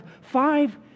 five